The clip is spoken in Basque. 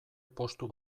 postu